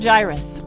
Gyrus